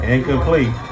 Incomplete